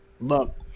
look